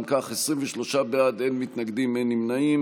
אם כך: 23 בעד, אין מתנגדים ואין נמנעים.